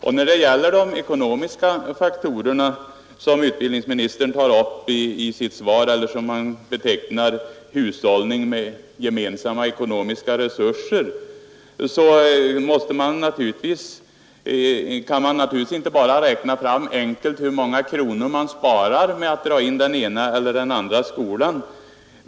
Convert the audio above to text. Och när det gäller det som utbildningsministern i sitt svar betecknar som ” hushållning med de gemensamma ekonomiska resurserna” kan man naturligtvis inte bara enkelt räkna fram hur många kronor man sparar genom att dra in den ena eller andra skolan.